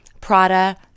Prada